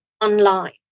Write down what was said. online